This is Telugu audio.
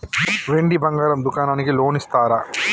వెండి బంగారం దుకాణానికి లోన్ ఇస్తారా?